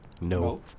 No